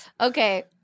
Okay